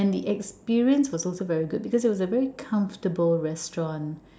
and the experience was also very good because it was a very comfortable restaurant